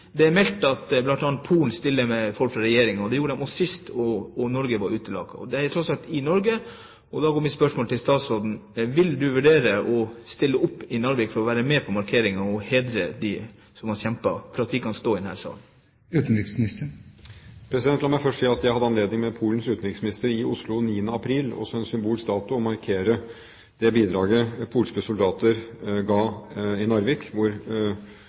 Det er meldt at bl.a. Polen stiller med folk fra regjeringen. Det gjorde de også sist, men ikke Norge – og dette er tross alt i Norge. Da har jeg et spørsmål til statsråden: Vil han vurdere å stille opp i Narvik for å være med på markeringen og hedre dem som har kjempet, slik at vi kan stå i denne salen? La meg først si at jeg hadde anledning sammen med Polens utenriksminister i Oslo den 9. april – en symbolsk dato – til å markere det bidraget polske soldater ga i Narvik, hvor